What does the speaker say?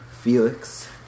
Felix